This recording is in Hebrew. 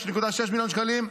6.6 מיליון שקלים,